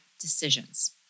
decisions